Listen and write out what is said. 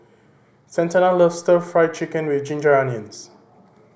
Santana loves Stir Fry Chicken with ginger onions